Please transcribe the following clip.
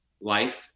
life